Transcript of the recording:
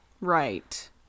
Right